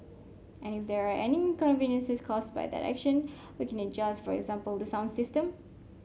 and if there are any inconveniences caused by that action we can adjust for example the sound system